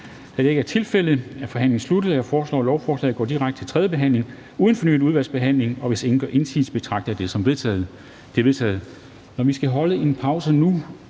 Da det ikke er tilfældet, er forhandlingen sluttet. Jeg foreslår, at lovforslaget går direkte til tredje behandling uden fornyet udvalgsbehandling. Hvis ingen gør indsigelse, betragter jeg det som vedtaget. Det er vedtaget.